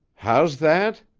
how's that?